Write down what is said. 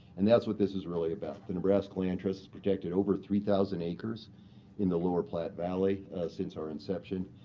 and that's what this is really about. the nebraska land trust has protected over three thousand acres in the lower platte valley since our inception.